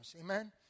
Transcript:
Amen